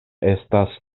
estas